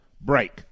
break